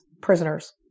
prisoners